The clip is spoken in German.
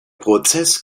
prozess